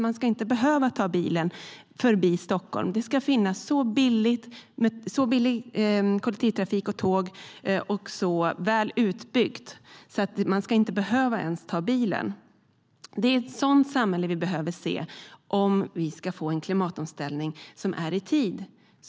Man ska inte behöva ta bilen förbi Stockholm, utan det ska finnas så billig och välutbyggd kollektivtrafik och tågtrafik att man inte behöver ta bilen. Det är ett sådant samhälle vi behöver se om vi ska få en klimatomställning i tid.